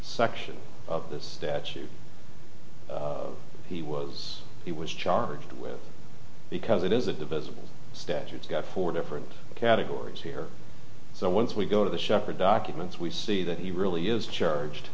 section of this statute he was he was charged with because it is it divisible statutes got four different categories here so once we go to the shepherd documents we see that he really is charged